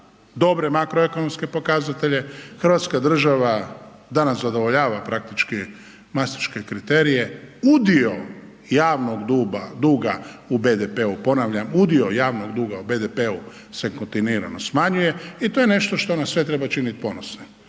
dobre makroekonomske pokazatelje, hrvatska država danas zadovoljava praktički mastriške kriterije, udio javnog duga u BDP-u, ponavljam udio javnog duga u BDP-u se kontinuirano smanjuje i to je nešto što nas sve treba činit ponosnima.